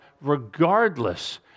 regardless